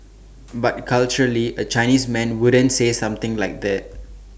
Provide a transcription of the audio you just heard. but culturally A Chinese man wouldn't say something like that